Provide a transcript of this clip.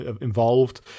involved